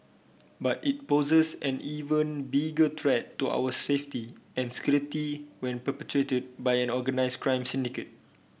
but it poses an even bigger threat to our safety and security when perpetrated by an organised crime syndicate